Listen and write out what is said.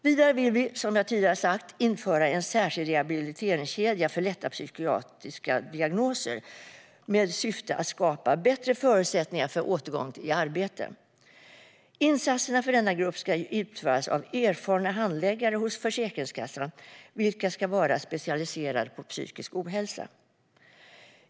Vidare vill vi, som jag tidigare har sagt, införa en särskild rehabiliteringskedja för lätta psykiska diagnoser med syfte att skapa bättre förutsättningar för återgång till arbete. Insatserna för denna grupp ska utföras av erfarna handläggare hos Försäkringskassan, vilka ska vara specialiserade på psykisk ohälsa.